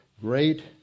great